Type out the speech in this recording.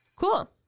Cool